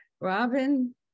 Robin